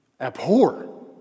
abhor